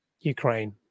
Ukraine